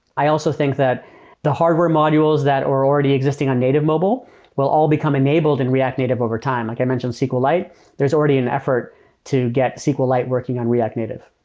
i also think that the hardware modules that or already existing on native mobile will all become enabled in react native over time. like i mention, sqlite. there's already an effort to get sqlite working on react native